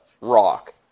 rock